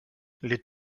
les